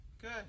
good